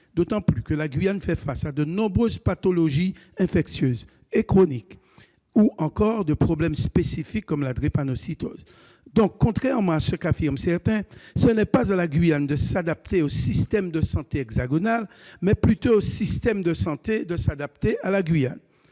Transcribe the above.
d'autant que la Guyane est confrontée à de nombreuses pathologies infectieuses et chroniques ou à des problèmes spécifiques, comme la drépanocytose. Contrairement à ce qu'affirment certains, ce n'est pas à la Guyane de s'adapter au système de santé hexagonal, mais plutôt au système de santé de s'adapter à la Guyane